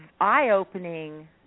eye-opening